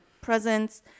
presence